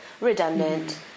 redundant